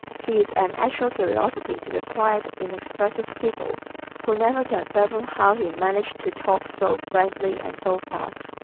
he is an actual curiosity to the quiet, inexpressive people who never can fathom how he manages to talk so frankly and so fast.